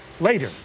later